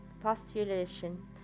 postulation